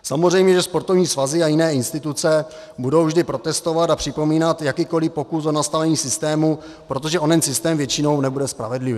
Samozřejmě, že sportovní svazy a jiné instituce budou vždy protestovat a připomínat jakýkoliv pokus o nastavení systému, protože onen systém většinou nebude spravedlivý.